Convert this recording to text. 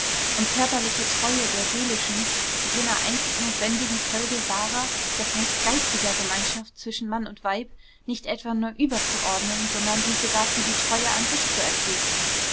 und körperliche treue der seelischen jener einzig notwendigen folge wahrer das heißt geistiger gemeinschaft zwischen mann und weib nicht etwa nur überzuordnen sondern sie sogar für die treue an sich zu erklären